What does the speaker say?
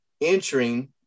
entering